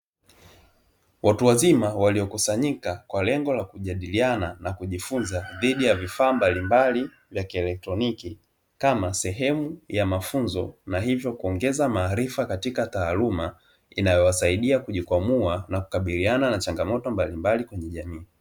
Watu wazima waliokusanyika kwa lengo la kujadiliana na kujifunza dhidi ya vifaa mbalimbali vya kielektroniki kama sehemu ya mafunzo na hivyo kuongeza maarifa katika taaluma inayowasaidia kujikwamua na kukabiliana na changamoto mbalimbali kwenye jamii.